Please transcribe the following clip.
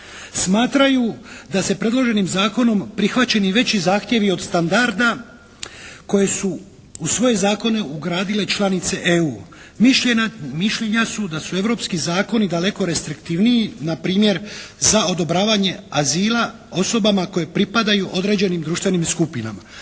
Smatraju da se predloženim zakonom prihvaćeni veći zakoni od standarda koje su u svoje zakone ugradile članice EU. Mišljenja su da su europski zakoni daleko restriktivniji na primjer za odobravanje azila osobama koje pripadaju određenim društvenim skupinama."